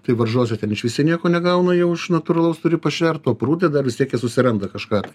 tai varžose ten išvis jie nieko negauna jau iš natūralaus turi pašert o prūde dar vis tiek jie susiranda kažką tai